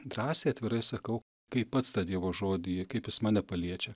drąsiai atvirai sakau kaip pats tą dievo žodį kaip jis mane paliečia